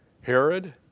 Herod